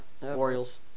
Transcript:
Orioles